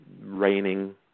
raining